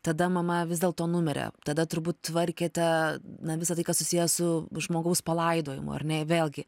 tada mama vis dėlto numirė tada turbūt tvarkėte na visa tai kas susiję su žmogaus palaidojimu ar ne ir vėlgi